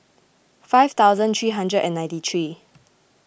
five thousand three hundred and ninety three